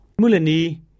Mulani